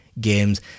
games